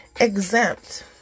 exempt